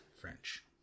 French